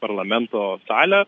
parlamento salę